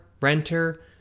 renter